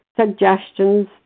suggestions